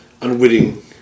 unwitting